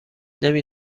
نمی